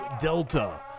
Delta